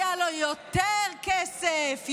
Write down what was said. היו לו יותר כסף,